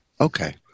Okay